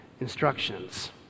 instructions